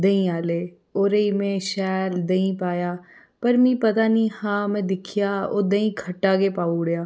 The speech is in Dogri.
देहीं आह्ले ओह्दे च में शैल देहीं पाया पर मि पता नी हा में दिक्खेआ ओह् देहीं खट्टा गै पाऊ उड़ेआ